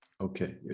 Okay